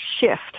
SHIFT